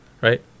right